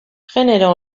genero